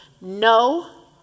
no